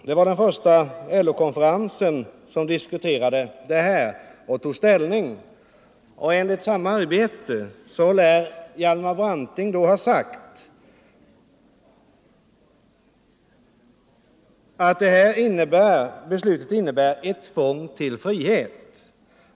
Det var den första LO-konferensen som diskuterade frågan och tog ställning, och enligt samma arbete lär Hjalmar Branting då ha sagt att detta beslut innebär ett tvång till frihet.